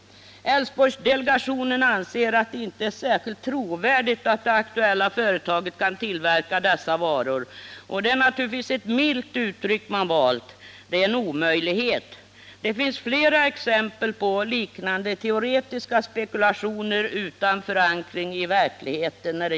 Älvsborgsdelegationen anser att det inte är särskilt trovärdigt att det aktuella företaget kan tillverka dessa varor. Det är naturligtvis ett milt uttryck delegationen valt — det är en omöjlighet. Det finns när det gäller dessa rapporter fler exempel på liknande teoretiska spekulationer utan förankring i verkligheten.